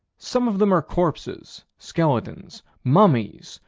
some of them are corpses, skeletons, mummies,